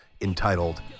entitled